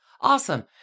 Awesome